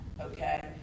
Okay